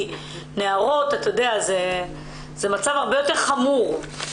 נערות זה מצב הרבה יותר חמור.